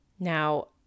Now